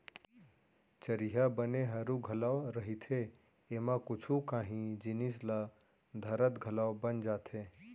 चरिहा बने हरू घलौ रहिथे, एमा कुछु कांही जिनिस ल धरत घलौ बन जाथे